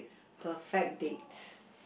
perfect date